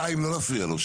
חיים, לא להפריע לו.